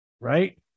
right